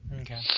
Okay